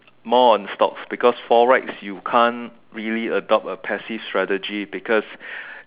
more on stocks because Forex you can't really adopt a passive strategy because